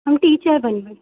हम टीचर बनबै